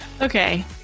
Okay